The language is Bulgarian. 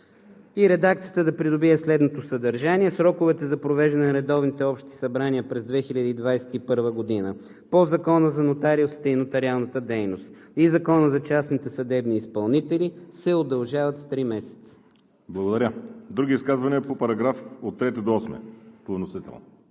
и редакцията да придобие следното съдържание: „Сроковете за провеждане на редовните общи събрания през 2021 г. по Закона за нотариусите и нотариалната дейност и Закона за частните съдебни изпълнители се удължават с три месеца.“ ПРЕДСЕДАТЕЛ ВАЛЕРИ СИМЕОНОВ: Благодаря. Други изказвания по параграфи от 3 до 8 по вносител?